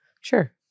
sure